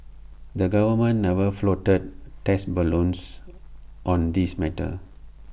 the government never floated test balloons on this matter